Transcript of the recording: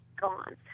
gone